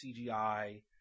CGI